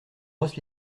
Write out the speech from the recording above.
brosse